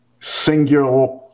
singular